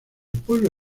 pueblo